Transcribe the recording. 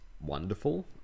wonderful